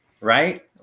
right